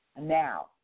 Now